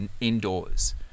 indoors